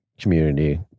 community